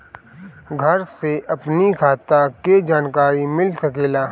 घर से अपनी खाता के जानकारी मिल सकेला?